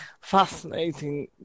fascinating